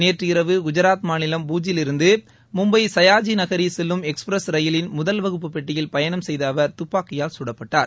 நேற்று இரவு குஜராத் மாநிலம் பூஜ்ஜிலிருந்து மும்பை சயாஜிநகரி செல்லும் எக்ஸ்பிரஸ் ரயிலின் முதல் வகுப்புப் பெட்டியில் பயணம் செய்த அவர் துப்பாக்கியால் சுடப்பட்டார்